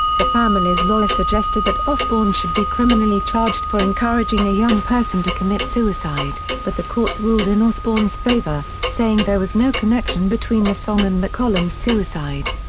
the family's lawyer suggested that osbourne should be criminally charged for encouraging a young person to commit suicide, but the courts ruled in osbourne's favour, saying there was no connection between the song and mccollum's suicide.